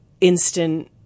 instant